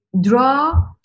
draw